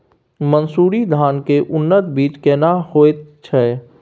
मन्सूरी धान के उन्नत बीज केना होयत छै?